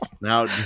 Now